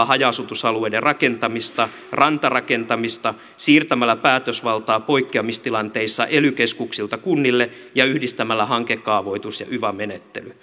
haja asutusalueiden rakentamista rantarakentamista siirtämällä päätösvaltaa poikkeamistilanteissa ely keskuksilta kunnille ja yhdistämällä hankekaavoitus ja yva menettely